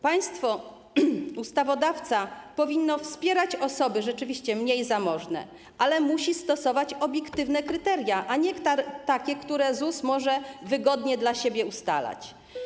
Państwo, ustawodawca, powinno wspierać osoby rzeczywiście mniej zamożne, ale musi stosować obiektywne kryteria, a nie takie, które ZUS może wygodnie dla siebie ustalać.